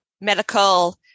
medical